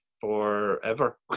forever